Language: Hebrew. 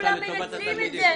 אבל לא כולם מנצלים את זה.